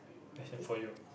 question for you